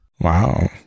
Wow